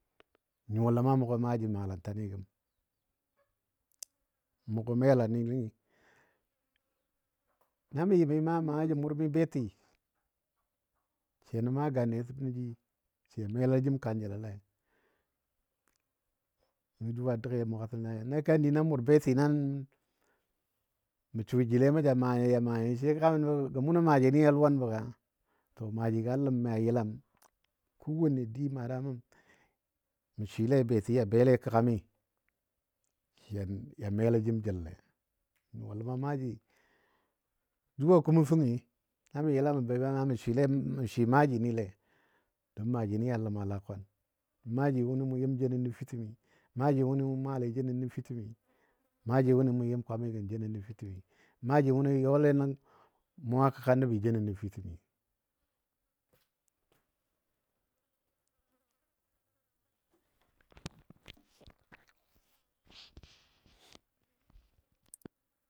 N nyuwa ləma a mʊgɔ maaji malanta ni gəm mʊgɔ melali ni. Namə yɨmi maa mana jə mʊr mi beti, sə yɔnə maa ganle səbənə jii sə yɔn melajim kanjəlole, nəngɔ jʊ a dəgi, magatəm nai. Na kandi nan mʊr beti nan mə suwa jile mə ja maa nyo ja maa nyo sai kam nəɓa gɔ munɔ maaji ni a luwanbə ka. To maaji ga ləm a yəlam kowanne di madama mə swɨle beti ya bele a kəgami sə yan mela jim jəlle, n nyuwa ləma maaji zuwa kumo fəngyi na mə yəla mə bebei ma mə swɨ maajinile, don maaji ni a ləm a lakwan. Maaji wʊni mu yɨm jeno nəfitəmi, maaji wʊni mu maale jeno nəfitəmi, maaji wʊni mu yɨm kwamigən jeno nəfitəmi, maaji wʊni yɔle nən mɔu a kəga nəbi jeno nəfitəmi.